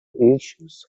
issues